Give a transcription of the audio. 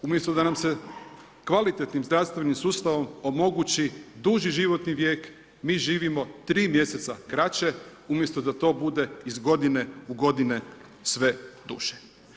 Umjesto da nam se kvalitetnim zdravstvenim sustavom omogući duži životni vijek, mi živimo 3 mj. kraće umjesto da to bude iz godine u godine sve duže.